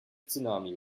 tsunami